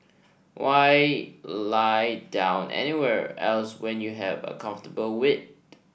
why lie down anywhere else when you have a comfortable wed